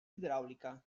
hidràulica